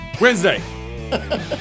Wednesday